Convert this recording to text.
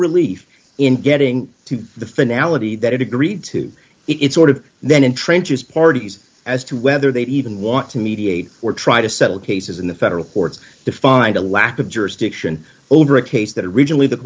relief in getting to the finale that it agreed to it's sort of then in trenches parties as to whether they even want to mediate or try to settle cases in the federal courts to find a lack of jurisdiction over a case that originally the